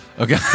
Okay